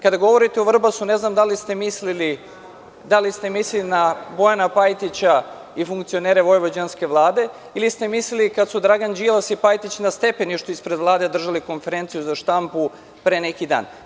Kada govorite o Vrbasu, ne znam da li ste mislili na Bojana Pajtića i funkcionere Vojvođanske vlade ili ste mislili kada su Dragan Đilas i Pajtić na stepeništu ispred Vlade držali konferenciju za štampu pre neki dan.